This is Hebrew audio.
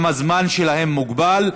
גם הזמן שלהם מוגבל,